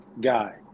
guy